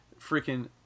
freaking